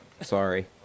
Sorry